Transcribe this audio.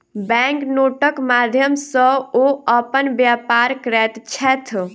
bank नोटक माध्यम सॅ ओ अपन व्यापार करैत छैथ